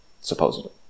supposedly